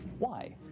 why?